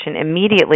immediately